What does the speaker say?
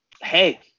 hey